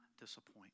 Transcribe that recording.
disappoint